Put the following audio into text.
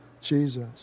Jesus